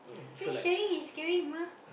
well sharing is caring mah